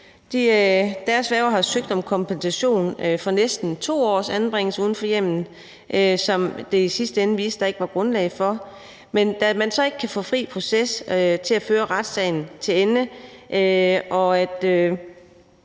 pigers værger har søgt om kompensation for næsten 2 års anbringelse uden for hjemmet, som det i sidste ende viste sig der ikke var grundlag for. Men da man så ikke kan få fri proces til at føre retssagen til ende